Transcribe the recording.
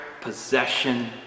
possession